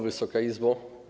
Wysoka Izbo!